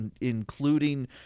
including